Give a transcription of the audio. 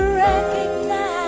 recognize